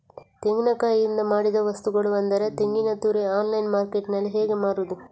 ತೆಂಗಿನಕಾಯಿಯಿಂದ ಮಾಡಿದ ವಸ್ತುಗಳು ಅಂದರೆ ತೆಂಗಿನತುರಿ ಆನ್ಲೈನ್ ಮಾರ್ಕೆಟ್ಟಿನಲ್ಲಿ ಹೇಗೆ ಮಾರುದು?